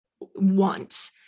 want